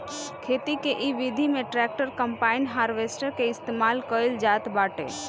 खेती के इ विधि में ट्रैक्टर, कम्पाईन, हारवेस्टर के इस्तेमाल कईल जात बाटे